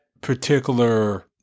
particular